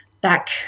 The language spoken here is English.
back